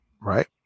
right